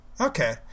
Okay